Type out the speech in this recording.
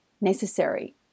necessary